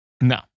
No